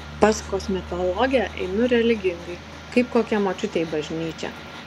pas kosmetologę einu religingai kaip kokia močiutė į bažnyčią